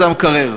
זה המקרר,